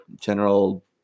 general